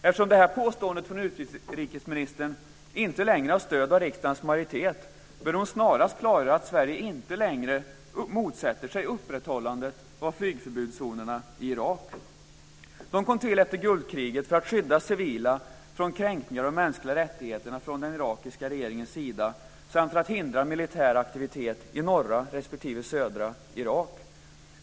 Eftersom det påståendet från utrikesministern inte längre har stöd av riksdagens majoritet bör hon snarast klargöra att Sverige inte längre motsätter sig upprätthållandet av flygförbudszonerna i Irak. De kom till efter Gulfkriget för att skydda civila från kränkningar av de mänskliga rättigheterna från den irakiska regeringens sida samt för att hindra militär aktivitet i norra respektive södra Irak.